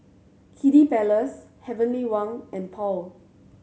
Kiddy Palace Heavenly Wang and Paul